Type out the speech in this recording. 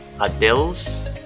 Adele's